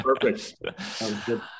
Perfect